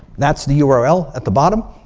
that's the yeah url at the bottom.